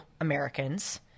Americans